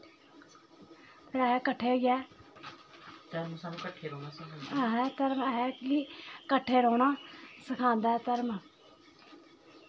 फिर अहें कट्ठे होइयै अहें धर्म अहें निं कट्ठे रौह्ना सखांदा ऐ धर्म